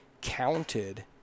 counted